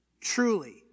Truly